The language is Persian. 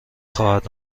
خواهد